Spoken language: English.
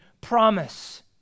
promise